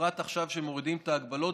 בפרט עכשיו כשמורידים את ההגבלות.